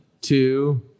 two